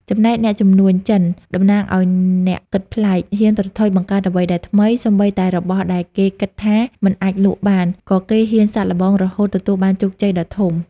ចំណែកអ្នកជំនួញចិន (តំណាងអ្នកគិតប្លែក) ហ៊ានប្រថុយបង្កើតអ្វីដែលថ្មី សូម្បីតែរបស់ដែលគេគិតថាមិនអាចលក់បាន ក៏គេហ៊ានសាកល្បង រហូតទទួលបានជោគជ័យដ៏ធំ។